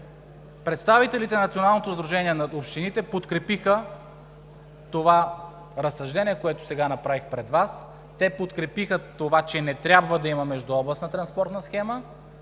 Представителите на Националното сдружение на общините подкрепиха това разсъждение, което сега направих пред Вас. Те подкрепиха това, че не трябва да има междуобластна транспортна схема